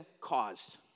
caused